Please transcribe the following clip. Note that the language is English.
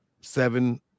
seven